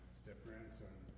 step-grandson